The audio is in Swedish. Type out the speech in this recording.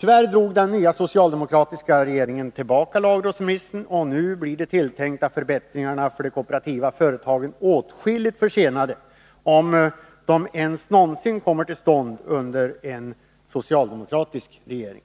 Tyvärr drog den nya socialdemokratiska regeringen tillbaka lagrådsremissen, och nu blir de tilltänkta förbättringarna för de kooperativa företagen åtskilligt försenade — om de ens någonsin kommer till stånd under en socialdemokratisk regering.